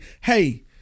hey